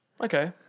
Okay